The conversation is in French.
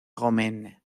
romaines